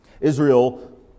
Israel